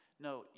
no